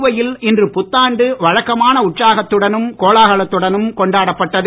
புதுவையில் இன்று புத்தாண்டு வழக்கமான உற்சாகத்துடனும் கோலாகலத்துடனும் கொண்டாடப்பட்டது